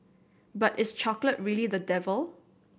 but is chocolate really the devil